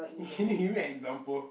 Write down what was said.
can you give me example